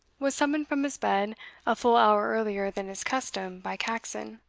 was summoned from his bed a full hour earlier than his custom by caxon.